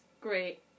great